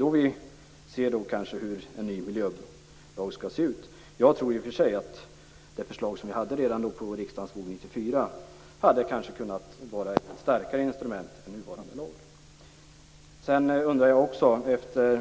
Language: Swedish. Då kommer vi att se hur en ny miljölag skall se ut. Jag tror i och för sig att det förslag som låg på riksdagens bord 1994 hade kunnat vara ett starkare instrument än nuvarande lag. I